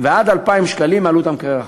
ועד 2,000 שקלים מעלות המקרר החדש.